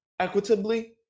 equitably